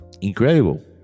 incredible